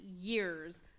years